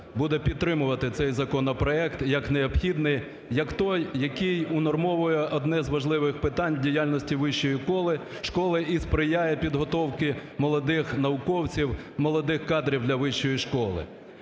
буде підтримувати цей законопроект як необхідний, як той, який унормує одне з важливих питань діяльності вищої школи і сприяє підготовке молодих науковців, молодих кадрів для вищої школи.